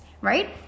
right